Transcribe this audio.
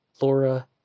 Laura